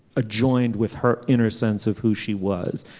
adjoined with her inner sense of who she was.